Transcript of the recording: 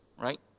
right